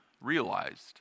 realized